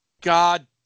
god